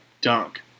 dunk